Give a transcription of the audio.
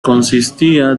consistía